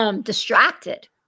distracted